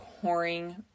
pouring